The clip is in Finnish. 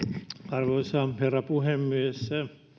arvoisa herra puhemies